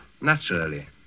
Naturally